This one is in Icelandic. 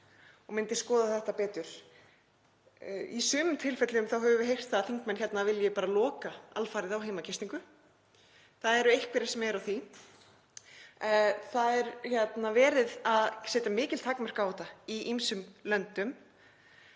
og skoða þetta betur. Í sumum tilfellum höfum við heyrt að þingmenn vilji bara loka alfarið á heimagistingu. Það eru einhverjir sem eru á því. Það er verið að setja mikil takmörk á þetta í ýmsum löndum